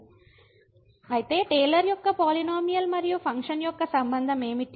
Refer Slide Time 0822 అయితే Taylor యొక్క polynomial మరియు ఫంక్షన్ యొక్క సంబంధం ఏమిటి